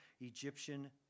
Egyptian